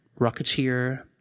rocketeer